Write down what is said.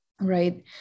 Right